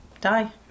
die